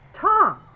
Tom